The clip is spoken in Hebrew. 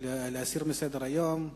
להסיר מסדר-היום?